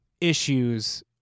issues